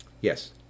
Yes